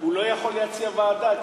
הוא לא יכול להציע ועדה,